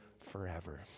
forever